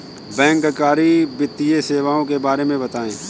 बैंककारी वित्तीय सेवाओं के बारे में बताएँ?